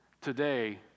Today